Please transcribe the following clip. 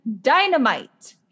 dynamite